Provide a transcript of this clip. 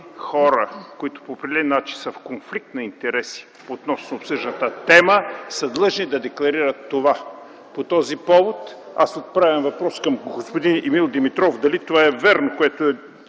хора, които по определен начин са в конфликт на интереси относно обсъжданата тема, са длъжни да декларират това. По този повод аз отправям въпрос към господин Емил Димитров: дали това е вярно, което